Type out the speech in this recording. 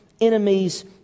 enemies